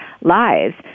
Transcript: lives